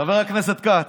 חבר הכנסת כץ.